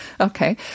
Okay